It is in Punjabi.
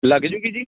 ਲੱਗ ਜਾਊਗੀ ਜੀ